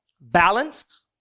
Balance